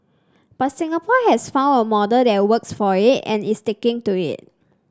but Singapore has found a model that works for it and is sticking to it